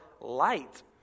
light